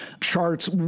charts